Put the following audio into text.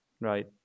Right